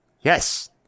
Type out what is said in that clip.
Yes